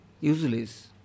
useless